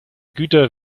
güter